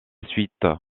suite